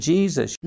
Jesus